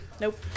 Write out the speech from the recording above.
Nope